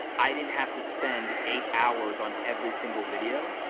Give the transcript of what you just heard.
i didn't have to spend eight hours on every single video.